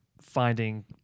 finding